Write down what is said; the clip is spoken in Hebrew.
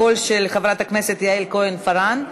הקול של חברת הכנסת יעל כהן-פארן,